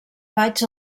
faigs